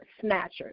snatchers